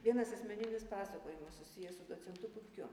vienas asmeninis pasakojimas susijęs su docentu pupkiu